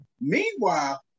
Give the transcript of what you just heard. Meanwhile